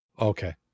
Okay